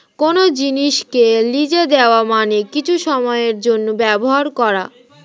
কোন জিনিসকে লিজে দেওয়া মানে কিছু সময়ের জন্যে ব্যবহার করা